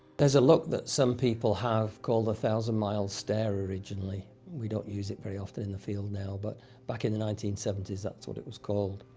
there's a look that some people have called the thousand-mile stare, originally. we don't use it very often in the field now, but back in the nineteen seventy s, that's what it was called.